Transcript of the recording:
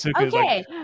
okay